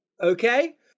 Okay